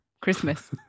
Christmas